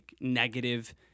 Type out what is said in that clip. negative –